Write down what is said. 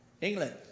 England